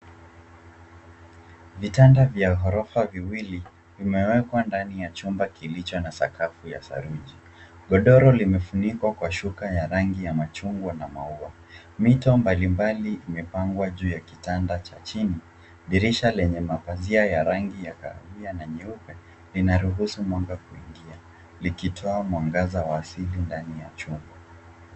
Vitanda vya ghorofa viwili vimewekwa ndani ya chumba kilicho na sakafu ya saruji. Godoro limefunikwa kwa shuka ya rangi ya machungwa na maua. Mito mbalimbali imepangwa juu ya kitanda cha chini, dirisha lenye mapazia ya rangi ya kahawia na nyeupe linaruhusu mwanga kuingia, likitoa mwangaza wa asili ndani ya chumba.